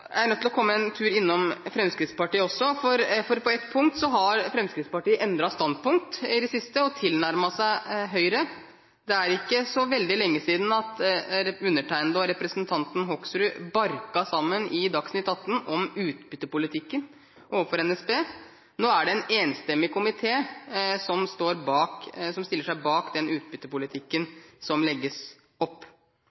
Jeg er nødt til å gå en tur innom Fremskrittspartiet også, for på ett punkt har de endret standpunkt i det siste og tilnærmet seg Høyre. Det er ikke så veldig lenge siden undertegnede og representanten Hoksrud barket sammen i Dagsnytt Atten om utbyttepolitikken overfor NSB. Nå er det en enstemmig komité som stiller seg bak den utbyttepolitikken